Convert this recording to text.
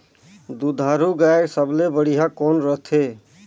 दुधारू गाय सबले बढ़िया कौन रथे?